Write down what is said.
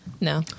No